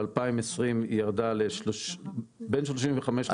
ב-2020 היא ירדה בין 35 ל-37.